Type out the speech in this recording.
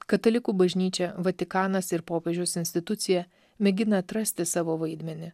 katalikų bažnyčią vatikanas ir popiežiaus institucija mėgina atrasti savo vaidmenį